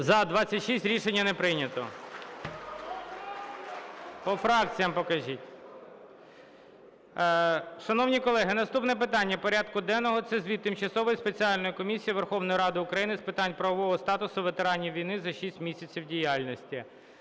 За-26 Рішення не прийнято. По фракціям покажіть. Шановні колеги, наступне питання порядку денного – це звіт Тимчасової спеціальної комісії Верховної Ради України з питань правового статусу ветеранів війни за шість місяців діяльності.